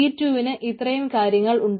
D2ന് ഇത്രയും കാര്യങ്ങൾ ഉണ്ട്